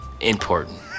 important